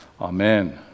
Amen